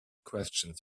questions